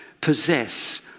possess